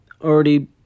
already